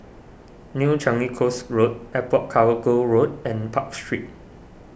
New Changi Coast Road Airport Cargo Road and Park Street